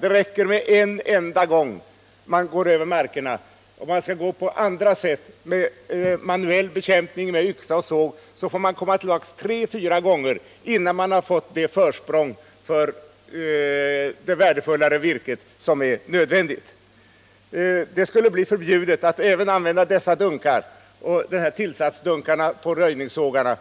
Det räcker att gå över markerna en enda gång. Om man däremot tillämpar manuell bekämpning måste man komma tillbaka tre fyra gånger, innan man får det försprång för det värdefullare virket som är nödvändigt. Det föreliggande förslaget innebär att det även skulle bli förbjudet att använda sådana här tillsatsdunkar på röjningssågar.